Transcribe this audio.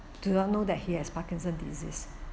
do not know that he has parkinson's disease